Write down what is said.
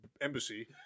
embassy